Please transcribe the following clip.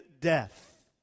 death